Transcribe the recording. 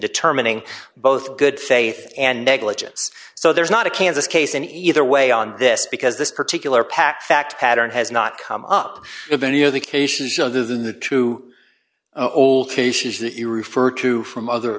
determining both good faith and negligence so there's not a kansas case in either way on this because this particular pack fact pattern has not come up with any of the cases other than the two old cases that you refer to from other